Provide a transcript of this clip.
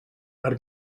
per